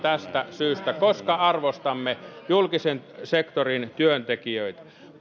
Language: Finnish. koska arvostamme julkisen sektorin työntekijöitä